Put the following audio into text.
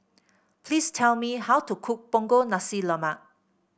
please tell me how to cook Punggol Nasi Lemak